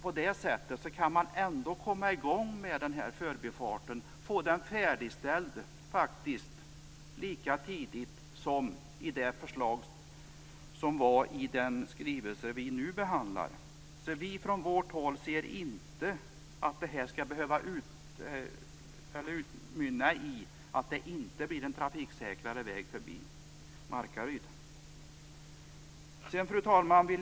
På det sättet kan man ändå komma i gång med förbifarten och faktiskt få den färdigställd lika tidigt som blir fallet enligt förslaget i den skrivelse som vi nu behandlar. Vi finner alltså inte att vårt förslag utmynnar i att det inte blir en trafiksäkrare väg förbi Markaryd. Fru talman!